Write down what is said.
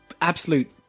absolute